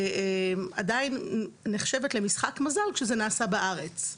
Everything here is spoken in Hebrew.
עדיין נחשבת למשחק מזל כשזה נעשה בארץ?